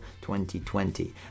2020